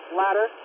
ladder